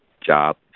job